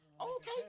Okay